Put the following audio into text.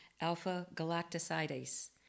alpha-galactosidase